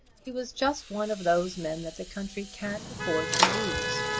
he was just one of those men that the country can't afford to lose,